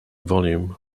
volume